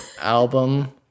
album